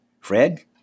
Fred